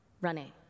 running